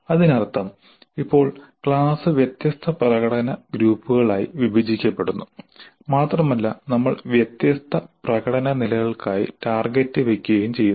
അതിനർത്ഥം ഇപ്പോൾ ക്ലാസ് വ്യത്യസ്ത പ്രകടന ഗ്രൂപ്പുകളായി വിഭജിക്കപ്പെടുന്നു മാത്രമല്ല നമ്മൾ വ്യത്യസ്ത പ്രകടന നിലകൾക്കായി ടാർഗെറ്റ് വയ്ക്കുകയും ചെയ്യുന്നു